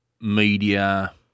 media